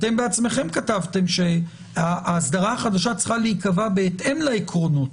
אתם בעצמכם כתבתם שהאסדרה החדשה צריכה להיקבע בהתאם לעקרונות,